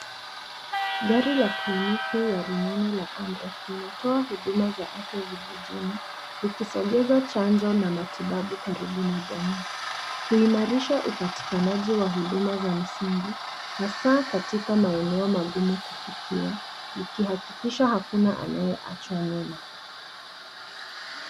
Gari la kliniki ya rununu la amref. Linatoa huduma za afya vijijini, likisongeza chanjo na matibabu karibu na jamii. Huimarisha upatikanaji wa huduma za msingi, hasa katika maeneo magumu kufikiwa. Likihakikisha hakuna anayeachwa nyuma.